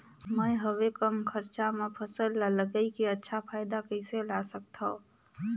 मैं हवे कम खरचा मा फसल ला लगई के अच्छा फायदा कइसे ला सकथव?